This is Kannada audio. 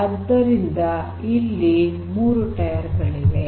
ಆದ್ದರಿಂದ ಇಲ್ಲಿ ಮೂರು ಟೈಯರ್ ಗಳಿವೆ